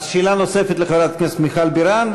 אז שאלה נוספת לחברת הכנסת מיכל בירן,